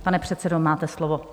Pane předsedo, máte slovo.